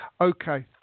Okay